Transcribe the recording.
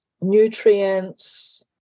nutrients